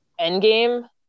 Endgame